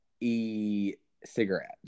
e-cigarettes